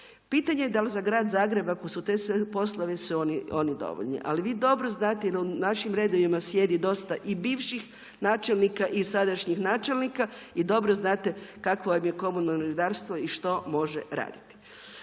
Pitanje je dal za Grad Zagreb, ako su te sve poslove su oni dovoljni. Ali vi dobro znate da u našima redovima sjedi dosta i bivših načelnika i sadašnjih načelnika i dobro znate kakvo im je komunalno redarstvo i što može raditi.